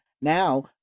Now